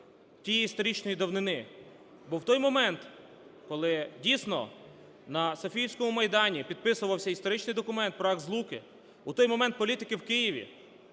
тієї історичної давнини. Бо в той момент, коли дійсно на Софіївському майдані підписувався історичний документ про Акт Злуки, у той момент політики в Києві